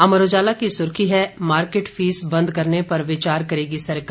अमर उजाला की सुर्खी है मार्केट फीस बेद करने पर विचार करेगी सरकार